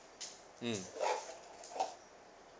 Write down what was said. mm